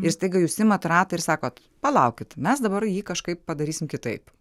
ir staiga jūs imat ratą ir sakot palaukit mes dabar jį kažkaip padarysim kitaip